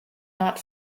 not